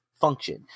function